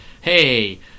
hey